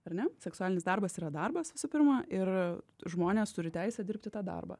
ar ne seksualinis darbas yra darbas visų pirma ir žmonės turi teisę dirbti tą darbą